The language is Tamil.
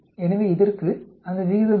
எனவே இதற்கு அந்த விகிதம் என்ன